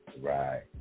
Right